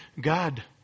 God